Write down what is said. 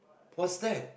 what's that